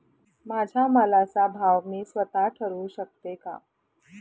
माझ्या मालाचा भाव मी स्वत: ठरवू शकते का?